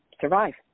survive